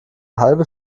halbe